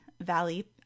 Valley